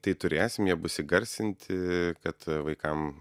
tai turėsim jie bus įgarsinti kad vaikam